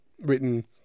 written